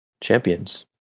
Champions